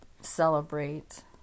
celebrate